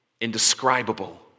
Indescribable